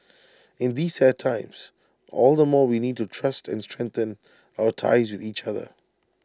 in these sad times all the more we need to trust and strengthen our ties with each other